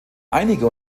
einige